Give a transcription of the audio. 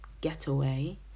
getaway